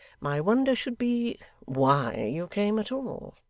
my wonder should be why you came at all.